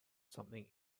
something